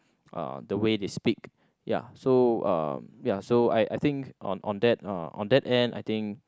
uh the way they speak ya so uh ya so I I think on on that uh on that end I think